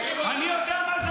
אני יודע מה זה מלחמה.